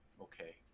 Okay